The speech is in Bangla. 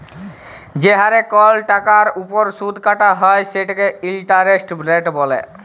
যে হারে কল টাকার উপর সুদ কাটা হ্যয় সেটকে ইলটারেস্ট রেট ব্যলে